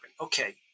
Okay